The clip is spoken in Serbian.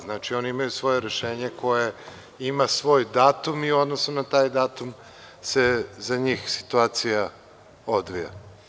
Znači, oni imaju svoje rešenje koje ima svoj datum i u odnosu na taj datum se za njih situacija odvija.